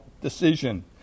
decision